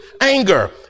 anger